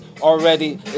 already